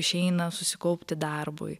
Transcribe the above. išeina susikaupti darbui